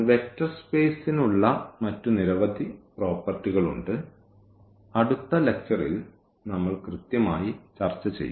vector സ്പേസ്ന് ഉള്ള മറ്റ് നിരവധി പ്രോപ്പർട്ടികൾ ഉണ്ട് അടുത്ത ലെക്ച്ചറിൽ നമ്മൾ കൃത്യമായി ചർച്ച ചെയ്യും